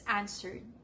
answered